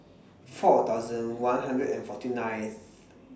four thousand one hundred and forty ninth